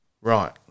Right